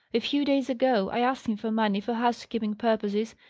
a few days ago i asked him for money for housekeeping purposes,